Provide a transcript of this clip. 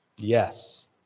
Yes